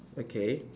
okay